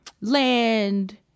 land